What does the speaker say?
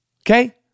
okay